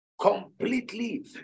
completely